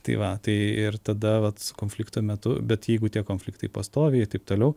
tai va tai ir tada vat konflikto metu bet jeigu tie konfliktai pastoviai ir taip toliau